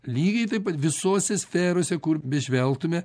lygiai taip pat visose sferose kur žvelgtume